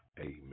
amen